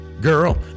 girl